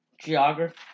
geography